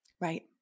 Right